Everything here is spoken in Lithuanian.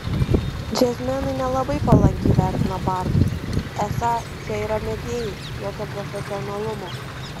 džiazmenai nelabai palankiai vertina bardus esą čia yra mėgėjai jokio profesionalumo